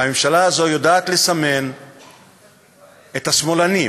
והממשלה הזאת יודעת לסמן את השמאלנים,